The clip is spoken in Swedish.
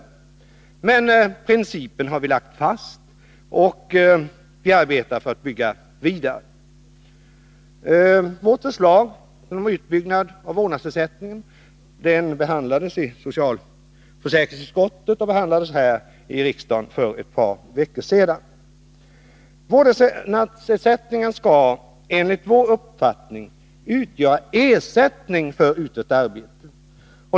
Men principen har vi lagt fast, och vi arbetar för att bygga vidare. Vårt förslag om utbyggnad av vårdnadsersättningen bereddes i socialförsäkringsutskottet och behandlades här i kammaren för ett par veckor sedan. Vårdnadsersättningen skall enligt vår uppfattning utgöra ersättning för utfört arbete.